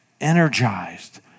energized